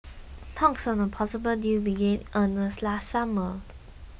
talks on a possible deal began earnest last summer